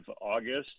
August